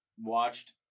watched